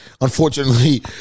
unfortunately